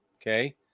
Okay